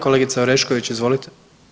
Kolegice Orešković, izvolite.